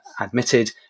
admitted